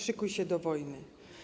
Szykuj się do wojny.